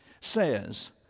says